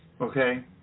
Okay